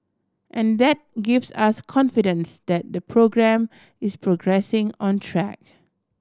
and that gives us confidence that the programme is progressing on track